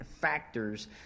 factors